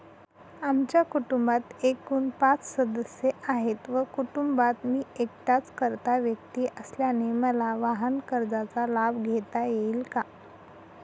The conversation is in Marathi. आमच्या कुटुंबात एकूण पाच सदस्य आहेत व कुटुंबात मी एकटाच कर्ता व्यक्ती असल्याने मला वाहनकर्जाचा लाभ घेता येईल का?